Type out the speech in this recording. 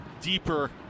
deeper